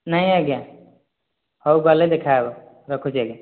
ନାଇଁ ଆଜ୍ଞା ହଉ ଗଲେ ଦେଖାହେବା ରଖୁଛି ଆଜ୍ଞା